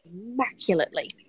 immaculately